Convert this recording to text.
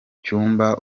cyumba